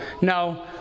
No